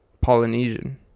Polynesian